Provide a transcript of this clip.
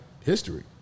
history